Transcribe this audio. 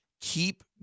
keep